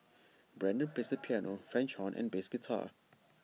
Brendan plays the piano French horn and bass guitar